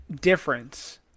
difference